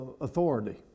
authority